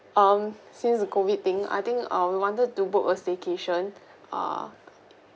um since the COVID thing I think ah we wanted to book a staycation ah